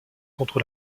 contre